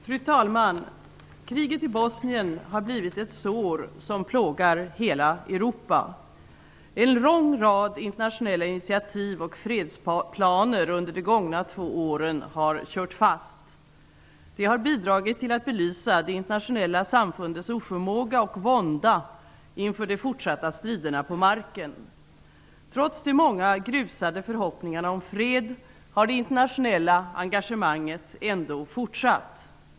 Fru talman! Kriget i Bosnien har blivit ett sår som plågar hela Europa. En lång rad internationella initiativ och fredsplaner under de gångna två åren har kört fast. De har bidragit till att belysa det internationella samfundets oförmåga och vånda inför de fortsatta striderna på marken. Trots de många grusade förhoppningarna om fred har det internationella engagemanget ändå fortsatt.